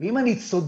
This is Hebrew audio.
ואם אני צודק,